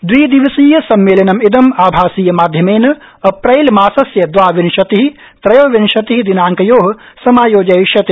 दविदिवसीय सम्मेलनमिदं आभासीय माध्यमेन अप्रैल मासस्य दवाविंशति त्रयोविशति दिनांकयो समायोजयिष्यते